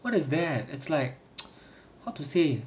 what is that it's like how to say